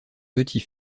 petit